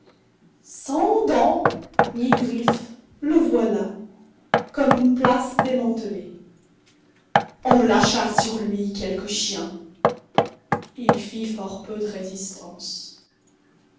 sans dents ni griffes le voilà comme place démantelée on lâcha sur lui quelques chiens il fit fort peu de résistance